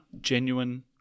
genuine